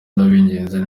ndabinginze